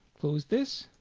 close this